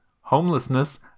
homelessness